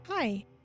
Hi